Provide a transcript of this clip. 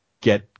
get